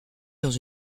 dans